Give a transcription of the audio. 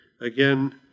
Again